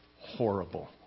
horrible